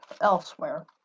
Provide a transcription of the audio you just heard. elsewhere